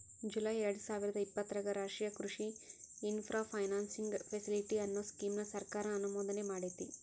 July ಎರ್ಡಸಾವಿರದ ಇಪ್ಪತರಾಗ ರಾಷ್ಟ್ರೇಯ ಕೃಷಿ ಇನ್ಫ್ರಾ ಫೈನಾನ್ಸಿಂಗ್ ಫೆಸಿಲಿಟಿ, ಅನ್ನೋ ಸ್ಕೇಮ್ ನ ಸರ್ಕಾರ ಅನುಮೋದನೆಮಾಡೇತಿ